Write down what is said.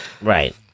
Right